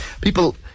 people